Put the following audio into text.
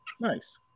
Nice